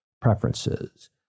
preferences